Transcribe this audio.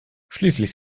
schließlich